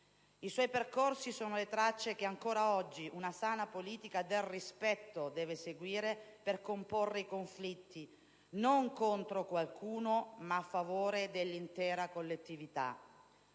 I suoi percorsi sono le tracce che ancora oggi una sana politica del rispetto deve seguire per comporre conflitti, non contro qualcuno, ma a favore dell'intera collettività.